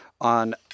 on